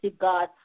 God